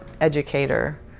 educator